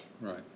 Right